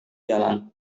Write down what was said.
jalan